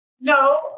No